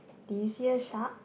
do you see a shark